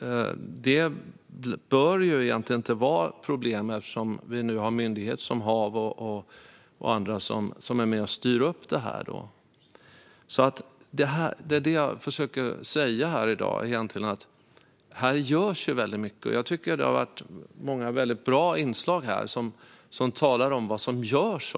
Det bör egentligen inte vara något problem, eftersom vi nu har myndigheter som HaV som är med och styr upp detta. Här görs väldigt mycket. Jag tycker att det har varit många väldigt bra inlägg här där man talar om vad som görs.